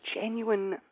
genuine